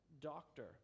doctor